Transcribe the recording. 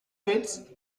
fits